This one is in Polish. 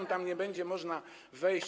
że tam nie będzie można wejść.